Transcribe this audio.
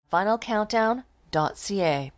FinalCountdown.ca